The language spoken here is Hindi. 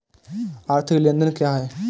आर्थिक लेनदेन क्या है?